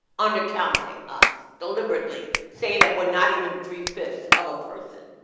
under counting us deliberately. saying that we're not even three fifths of a person.